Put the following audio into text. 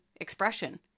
expression